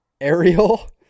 Ariel